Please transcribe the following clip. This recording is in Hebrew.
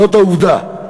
זאת העובדה.